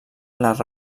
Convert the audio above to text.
les